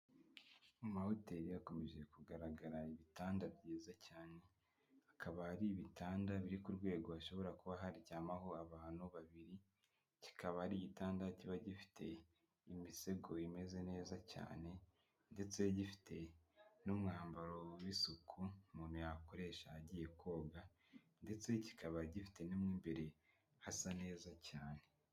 Mu amahoteli hakomeje kugaragara ibitanda byiza cyane, hakaba ari ibitanda biri ku rwego hashobora kuba haryamaho abantu babiri, kikaba ari igitanda kiba gifite imisego imeze neza cyane, ndetse gifite n'umwambaro w'isuku umuntu yakoresha agiye koga, ndetse kikaba gifite mo imbere hasa neza cyane.